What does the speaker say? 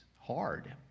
hard